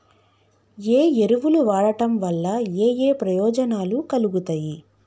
ఏ ఎరువులు వాడటం వల్ల ఏయే ప్రయోజనాలు కలుగుతయి?